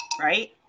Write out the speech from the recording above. right